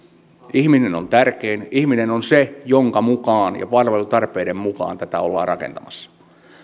ihminen on tärkein ihminen on se jonka mukaan ja jonka palvelutarpeiden mukaan tätä ollaan rakentamassa